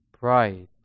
bright